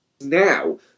now